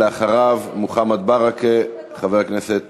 אחריו, מוחמד ברכה, חבר הכנסת